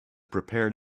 prepared